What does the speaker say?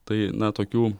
tai na tokių